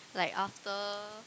like after